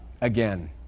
Again